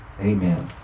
amen